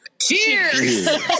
Cheers